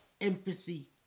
empathy